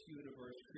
universe